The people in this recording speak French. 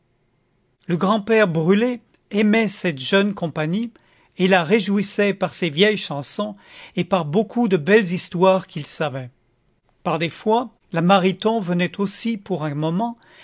le grand-père brulet aimait cette jeune compagnie et la réjouissait par ses vieilles chansons et par beaucoup de belles histoires qu'il savait par des fois la mariton venait aussi pour un moment